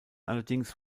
allerdings